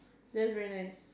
that's very nice